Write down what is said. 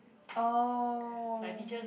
oh